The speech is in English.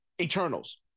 Eternals